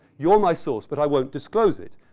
you're my source, but i won't disclose it.